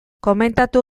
komentatu